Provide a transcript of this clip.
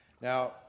now